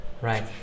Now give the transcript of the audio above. Right